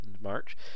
March